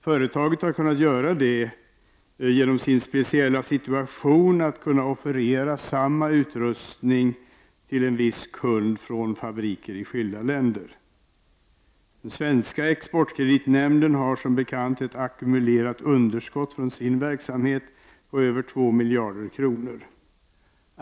Företaget har kunnat göra detta tack vare sitt speciella utgångsläge, där det kan offerera samma utrustning till en viss kund från fabriker i skilda länder. Den svenska exportkreditnämnden har som be kant ett ackumulerat underskott från sin verksamhet på över två miljarder kronor.